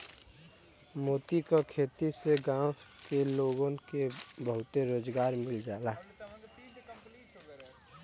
मोती क खेती से गांव के लोगन के बहुते रोजगार मिल जाला